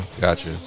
Gotcha